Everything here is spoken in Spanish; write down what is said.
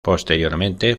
posteriormente